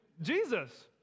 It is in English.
Jesus